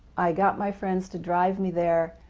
i got my friends to drive me there.